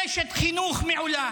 אשת חינוך מעולה.